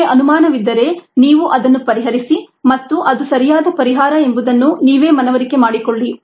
ನಿಮಗೆ ಅನುಮಾನವಿದ್ದರೆ ನೀವು ಅದನ್ನು ಪರಿಹರಿಸಿ ಮತ್ತು ಅದು ಸರಿಯಾದ ಪರಿಹಾರ ಎಂಬುದನ್ನು ನೀವೇ ಮನವರಿಕೆ ಮಾಡಿಕೊಳ್ಳಿ